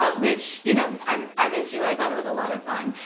ah which, you know, i'm i'm into. i thought it was a lot of fun.